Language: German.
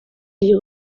die